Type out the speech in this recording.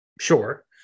Sure